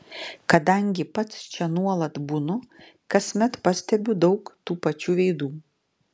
kadangi pats čia nuolat būnu kasmet pastebiu daug tų pačių veidų